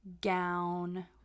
gown